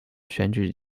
选举